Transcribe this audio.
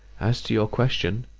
as to your question,